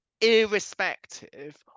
irrespective